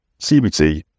CBT